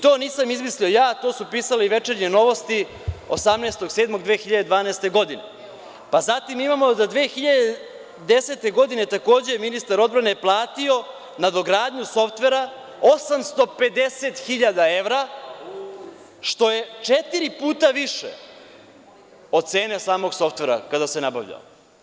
To nisam izmislio ja, to su pisale Večernje novosti 18. jula 2012. godine, pa zatim imamo 2010. godine takođe, ministar odbrane je platio nadogradnju softvera 850.000 evra, što je četiri puta više od cene samog softvera kada se nabavlja.